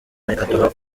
aduha